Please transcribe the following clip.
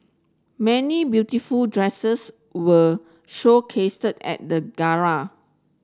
many beautiful dresses were showcased at the gala